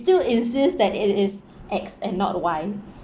still insists that it is X and not Y